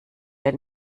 der